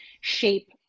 shape